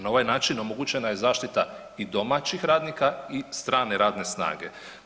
Na ovaj način omogućena je zaštita i domaćih radnika i strane radne snage.